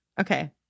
Okay